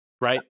right